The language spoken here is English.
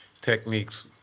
techniques